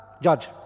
judge